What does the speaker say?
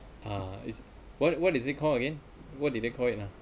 ah what what is it called again what did they call it ah